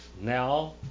now